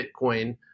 bitcoin